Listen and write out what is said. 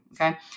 Okay